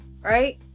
right